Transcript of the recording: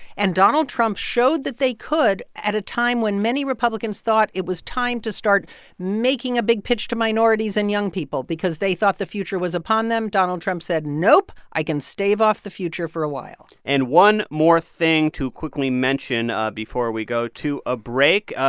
and donald trump showed that they could at a time when many republicans thought it was time to start making a big pitch to minorities and young people because they thought the future was upon them. donald trump said nope, i can stave off the future for a while and one more thing to quickly mention ah before we go to a break.